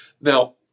Now